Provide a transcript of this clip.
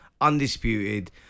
undisputed